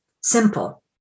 Simple